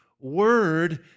Word